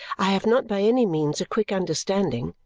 i have not by any means a quick understanding.